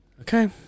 Okay